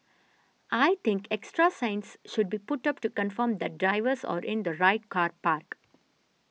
I think extra signs should be put up to confirm that drivers are in the right car park